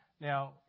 Now